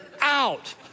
out